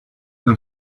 them